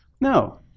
No